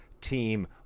team